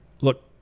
Look